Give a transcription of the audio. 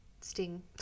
sting